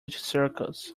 circus